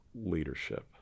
leadership